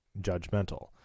judgmental